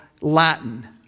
Latin